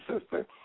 sister